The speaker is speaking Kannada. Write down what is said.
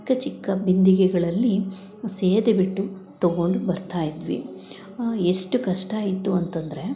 ಚಿಕ್ಕ ಚಿಕ್ಕ ಬಿಂದಿಗೆಗಳಲ್ಲಿ ಸೇದಿಬಿಟ್ಟು ತೊಗೊಂಡು ಬರ್ತಾ ಇದ್ವಿ ಎಷ್ಟು ಕಷ್ಟ ಇತ್ತು ಅಂತಂದರೆ